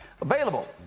Available